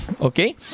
Okay